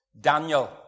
Daniel